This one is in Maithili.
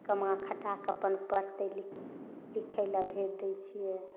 कमा खटा कऽ अपन पढ़तै लिख लिखै लए भेज दै छियै